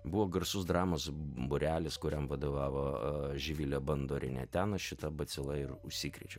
buvo garsus dramos būrelis kuriam vadovavo živilė bandorienė ten aš šita bacila ir užsikrėčiau